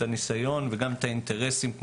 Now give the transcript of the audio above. הניסיון וגם את האינטרסים שלהם,